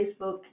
Facebook